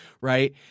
right